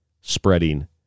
spreading